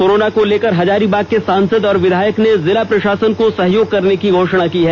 corona को लेकर हजारीबाग के सांसद और विधायक ने जिला प्रशासन को सहयोग करने की घोषणा की है